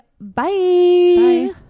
Bye